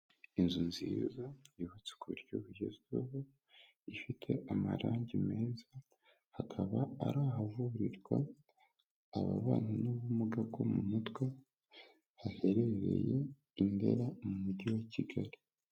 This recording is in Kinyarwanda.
Inzu nziza yubatswe ku buryo bugezweho, ifite amarangi meza, hakaba ari ahavurirwa ababana n'ubumuga bwo mu mutwe, haherereye i Ndera mu mujyi wa Kigali.